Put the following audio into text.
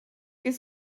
his